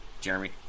Jeremy